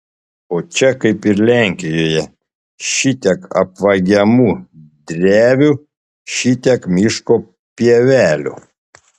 o čia kaip ir lenkijoje šitiek apvagiamų drevių šitiek miško pievelių